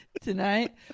tonight